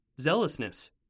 zealousness